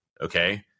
Okay